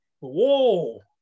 Whoa